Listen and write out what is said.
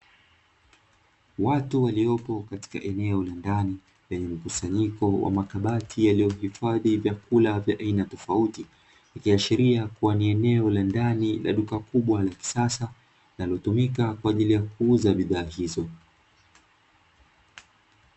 Watu waliopo katika eneo la ndani lenye mkusanyiko wa makabati yaliyohifadhi vyakula vya aina tofauti, ikiashiria kuwa ni eneo la ndani la duka kubwa la kisasa, linalotumika kwa ajili ya kuuza bidhaa hizo.